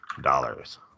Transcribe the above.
dollars